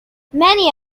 many